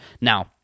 Now